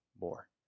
more